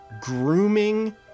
grooming